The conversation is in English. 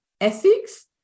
ethics